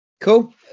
Cool